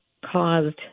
caused